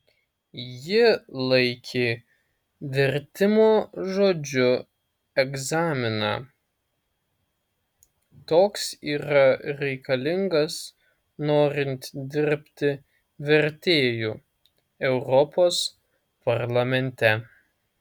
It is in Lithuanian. ji laikė vertimo žodžiu egzaminą toks yra reikalingas norint dirbti vertėju europos parlamente